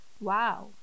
wow